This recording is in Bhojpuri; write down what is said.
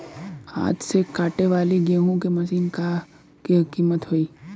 हाथ से कांटेवाली गेहूँ के मशीन क का कीमत होई?